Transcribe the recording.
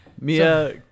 Mia